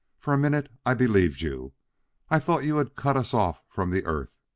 for a minute i believed you i thought you had cut us off from the earth.